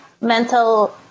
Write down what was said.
mental